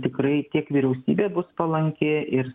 tikrai tiek vyriausybė bus palanki ir